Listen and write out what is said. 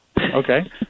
Okay